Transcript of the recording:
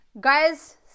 guys